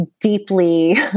deeply